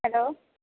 hello